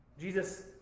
Jesus